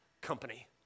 company